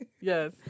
Yes